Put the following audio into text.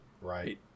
right